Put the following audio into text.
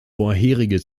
vorherige